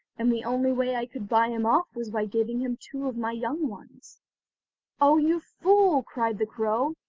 and the only way i could buy him off was by giving him two of my young ones oh, you fool cried the crow,